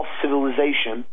civilization